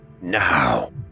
now